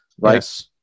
right